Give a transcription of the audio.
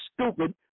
stupid